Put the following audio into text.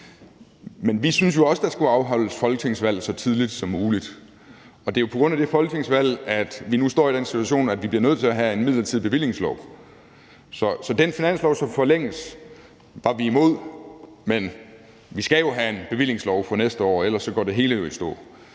Men vi syntes også, der skulle afholdes folketingsvalg så tidligt som muligt, og det er jo på grund af det folketingsvalg, at vi nu står i den situation, at vi bliver nødt til have en midlertidig bevillingslov. Så den finanslov, som forlænges, var Liberal Alliance imod, men vi skal have en bevillingslov for næste år, ellers går det hele jo i stå.